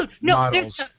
models